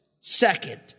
Second